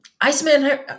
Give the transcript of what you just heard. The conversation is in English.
Iceman